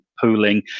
pooling